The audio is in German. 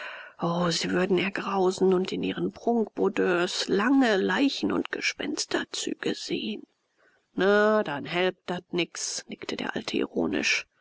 sie würden ergrausen und in ihren prunkboudoirs lange leichen und gespensterzüge sehen na dann helpt datt nix nickte der alte